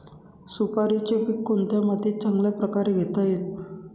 सुपारीचे पीक कोणत्या मातीत चांगल्या प्रकारे घेता येईल?